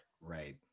right